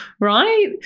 right